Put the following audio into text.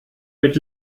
mit